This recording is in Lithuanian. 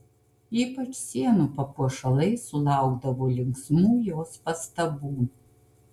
ypač sienų papuošalai sulaukdavo linksmų jos pastabų